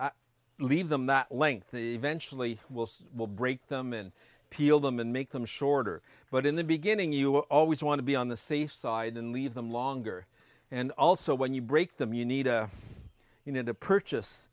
always leave them that length eventually will will break them and peel them and make them shorter but in the beginning you always want to be on the safe side and leave them longer and also when you break them you need a you need to purchase